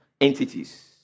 entities